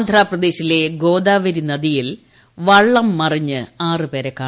ആന്ധ്രാപ്രദേശിലെ ഗോദാവരി നദിയിൽ വള്ളം മറിഞ്ഞ് ന് ആറ് പേരെ കാണാതായി